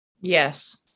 Yes